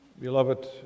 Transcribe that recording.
beloved